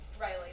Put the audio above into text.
Riley